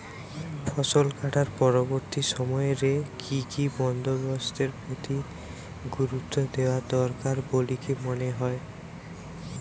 ফসলকাটার পরবর্তী সময় রে কি কি বন্দোবস্তের প্রতি গুরুত্ব দেওয়া দরকার বলিকি মনে হয়?